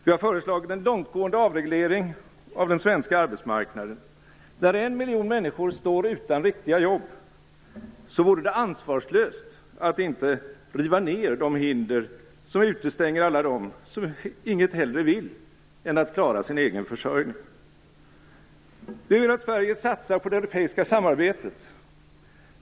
Vi har föreslagit en långtgående avreglering av den svenska arbetsmarknaden. När en miljon människor står utan riktiga jobb, vore det ansvarslöst att inte riva ned de hinder som utestänger alla dem som inget hellre vill än att klara sin egen försörjning. Vi vill att Sverige satsar på det europeiska samarbetet.